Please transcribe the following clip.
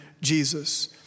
Jesus